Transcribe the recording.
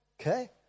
Okay